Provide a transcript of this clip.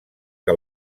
que